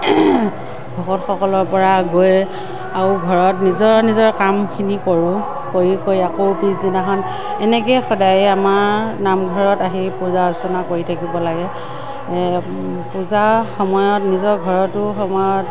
ভকতসকলৰ পৰা গৈ আৰু ঘৰত নিজৰ নিজৰ কামখিনি কৰোঁ কৰি কৰি আকৌ পিছদিনাখন এনেকৈয়ে সদায়ে আমাৰ নামঘৰত আহি পূজা অৰ্চনা কৰি থাকিব লাগে পূজা সময়ত নিজৰ ঘৰতো সময়ত